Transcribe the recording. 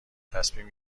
تصمیم